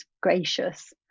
gracious